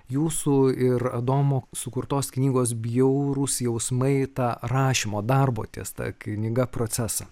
jūsų ir adomo sukurtos knygos bjaurūs jausmai tą rašymo darbo ties ta knyga procesą